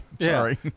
Sorry